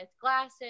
glasses